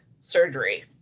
surgery